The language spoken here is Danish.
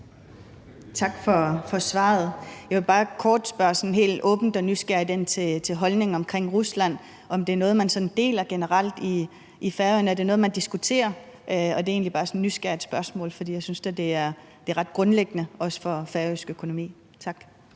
Tak for svaret. Jeg vil bare kort spørge helt åbent og nysgerrigt ind til holdningen til Rusland, altså om det er en holdning, man generelt deler i Færøerne, og om det er noget, man diskuterer. Det er egentlig bare et nysgerrigt spørgsmål, for jeg synes da, det også er ret grundlæggende for den færøske økonomi. Tak.